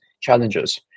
challenges